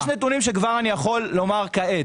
יש נתונים שכבר אני יכול לומר כעת.